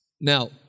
Now